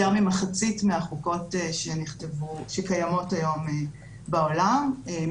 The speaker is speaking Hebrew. ממחצית מהחוקות שקיימות היום בעולם,